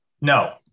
No